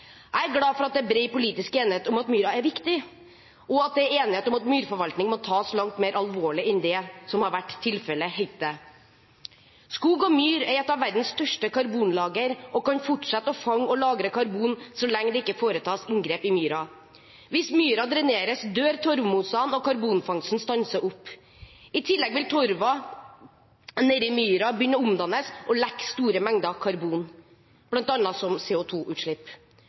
Jeg er glad for at det er bred politisk enighet om at myra er viktig, og at det er enighet om at myrforvaltning må tas langt mer alvorlig enn det som har vært tilfellet hittil. Skog og myr er et av verdens største karbonlager og kan fortsette å fange og lagre karbon så lenge det ikke foretas inngrep i myra. Hvis myra dreneres, dør torvmosen, og karbonfangsten stanser opp. I tillegg vil torven nedi myra begynne å omdannes og lekke store mengder karbon, bl.a. som